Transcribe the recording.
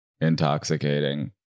Intoxicating